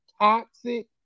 toxic